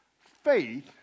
faith